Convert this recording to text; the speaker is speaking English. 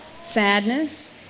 sadness